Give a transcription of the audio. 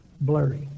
blurry